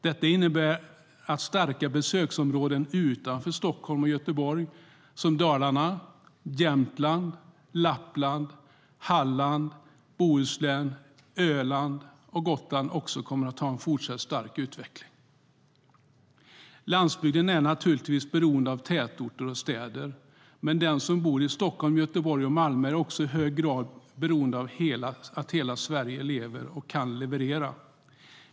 Detta innebär att starka besöksområden utanför Stockholm och Göteborg, som Dalarna, Jämtland, Lappland, Halland, Bohuslän, Öland och Gotland, också kommer att ha en fortsatt stark utveckling. Landsbygden är naturligtvis beroende av tätorter och städer, men den som bor i Stockholm, Göteborg eller Malmö är också i hög grad beroende av att hela Sverige lever och kan leverera.